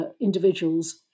individuals